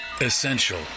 essential